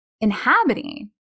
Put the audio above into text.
inhabiting